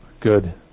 Good